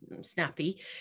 snappy